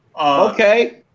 Okay